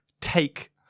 take